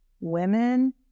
women